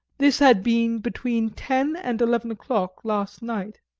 this had been between ten and eleven o'clock last night.